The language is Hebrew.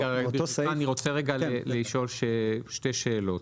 אני רוצה לשאול שתי שאלות.